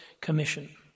commission